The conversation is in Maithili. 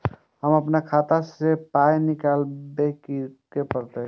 हम आपन खाता स पाय निकालब की करे परतै?